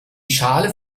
schale